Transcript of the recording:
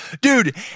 dude